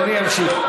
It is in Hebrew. אדוני ימשיך.